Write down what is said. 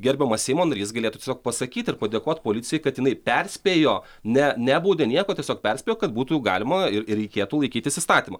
gerbiamas seimo narys galėtų tiesiog pasakyt ir padėkot policijai kad jinai perspėjo ne nebaudė nieko tiesiog perspėjo kad būtų galima ir ir reikėtų laikytis įstatymo